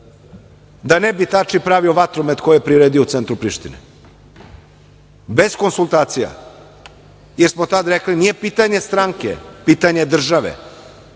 da ne bi Tači pravio vatromet koji je priredio u centru Prištine, bez konsultacija, jer smo tad rekli nije pitanje stranke, pitanje je države.